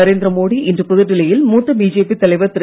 நரேந்திர மோடி இன்று புதுடெல்லியில் மூத்த பிஜேபி தலைவர் திரு